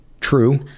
true